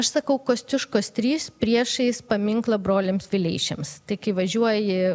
aš sakau kosciuškos trys priešais paminklą broliams vileišiams tik įvažiuoji